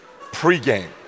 Pre-game